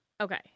Okay